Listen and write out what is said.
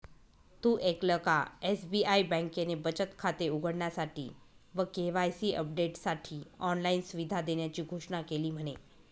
तु ऐकल का? एस.बी.आई बँकेने बचत खाते उघडण्यासाठी व के.वाई.सी अपडेटसाठी ऑनलाइन सुविधा देण्याची घोषणा केली म्हने